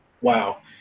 Wow